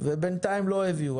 ובינתיים לא הביאו.